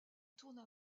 tourna